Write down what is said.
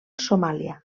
somàlia